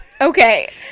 okay